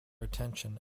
attention